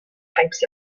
types